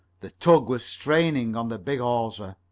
the tug was straining on the big hawser.